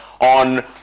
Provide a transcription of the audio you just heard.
on